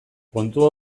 kontua